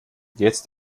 jetzt